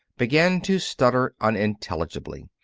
began to stutter unintelligibly,